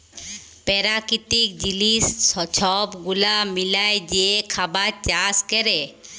পেরাকিতিক জিলিস ছব গুলা মিলায় যে খাবার চাষ ক্যরে